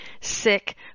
sick